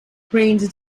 brains